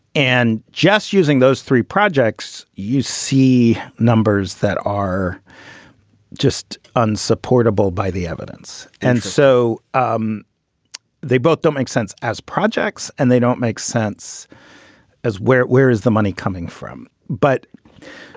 and just using those three projects, you see numbers that are just unsupportable by the evidence. and so um they both don't make sense as projects and they don't make sense as where where is the money coming from. but.